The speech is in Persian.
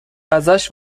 ازش